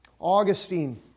Augustine